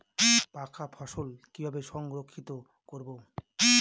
পাকা ফসল কিভাবে সংরক্ষিত করব?